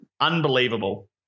Unbelievable